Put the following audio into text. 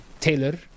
Taylor